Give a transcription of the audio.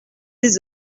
des